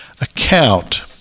account